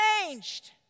changed